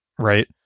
right